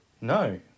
No